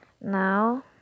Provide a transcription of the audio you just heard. now